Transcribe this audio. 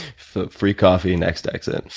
free coffee next exit.